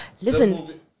Listen